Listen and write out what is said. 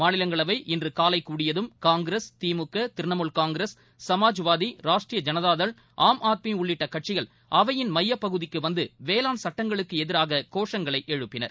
மாநிஷங்களவை இன்று காலை கூடியதும் காங்கிரஸ் திமுக திரிணாமுல் காங்கிரஸ் சமாஜ்வாதி ராஷ்டிரிய ஜனதாதள் ஆம் ஆத்மி உள்ளிட்ட கட்சிகள் அவையின் மயப்பகுதிக்கு வந்து வேளாண் சட்டங்களுக்கு எதிராக கோஷங்களை எழுப்பினர்